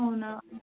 అవునా